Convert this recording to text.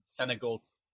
Senegals